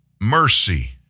mercy